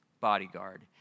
bodyguard